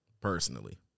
personally